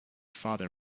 father